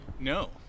No